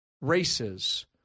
races